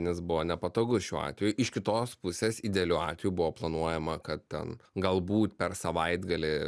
nes buvo nepatogu šiuo atveju iš kitos pusės idealiu atveju buvo planuojama kad ten galbūt per savaitgalį